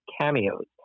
cameos